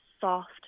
soft